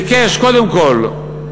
ביקש קודם כול,